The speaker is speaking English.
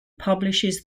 publishes